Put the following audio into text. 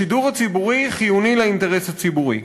השידור הציבורי חיוני לאינטרס הציבורי.